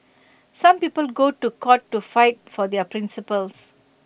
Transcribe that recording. some people go to court to fight for their principles